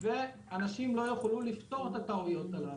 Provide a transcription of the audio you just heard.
ואנשים לא יוכלו לתקן את הטעויות הללו.